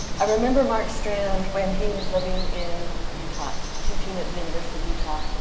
i remember mark strand, when he was living in utah, teaching at the university of utah.